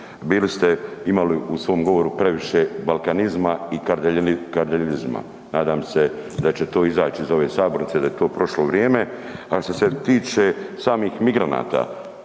bili ste imali u svom govoru previše balkanizma i kardeljizma. Nadam se da će to izaći iz ove sabornice, da je to prošlo vrijeme. A što se tiče samih migranata,